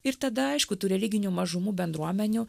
ir tada aišku tų religinių mažumų bendruomenių